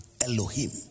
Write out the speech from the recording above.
Elohim